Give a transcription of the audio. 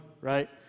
right